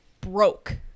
broke